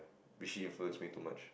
which she influence me too much